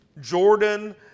Jordan